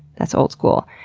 that's old school.